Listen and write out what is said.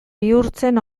bihurtzen